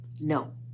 No